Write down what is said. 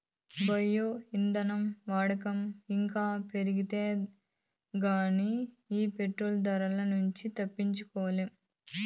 bio ఇంధనం వాడకం ఇంకా పెరిగితే గానీ ఈ పెట్రోలు ధరల నుంచి తప్పించుకోలేం